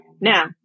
Now